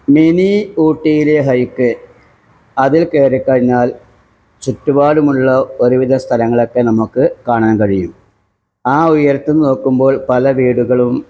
മിനീ ഊട്ടിയിലെ ഹൈക്ക് അതിൽക്കയറിക്കഴിഞ്ഞാൽ ചുറ്റുപാടുമുള്ള ഒരുവിധ സ്ഥലങ്ങളൊക്കെ നമുക്ക് കാണാൻ കഴിയും ആ ഉയരത്തിൽ നോക്കുമ്പോൾ പല വീടുകളും